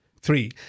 three